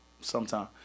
Sometime